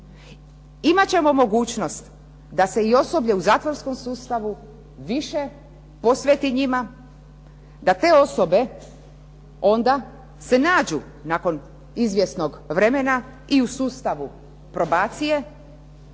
imat ćemo mogućnost da se i osoblje u zatvorskom sustavu više posveti njima, da te osobe onda se nađu nakon izvjesnog vremena i u sustavu probacije